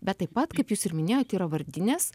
bet taip pat kaip jūs ir minėjot yra vardinės